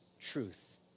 truth